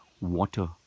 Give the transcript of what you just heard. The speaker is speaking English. water